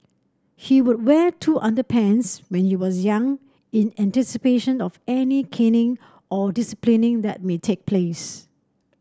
he would wear two underpants when you was young in anticipation of any caning or that may take place